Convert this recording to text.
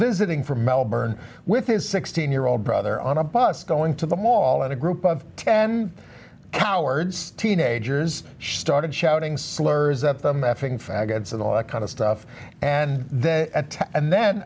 visiting from melbourne with his sixteen year old brother on a bus going to the mall and a group of ten cowards teenagers started shouting slurs at them f ing faggots and all that kind of stuff and then attack and then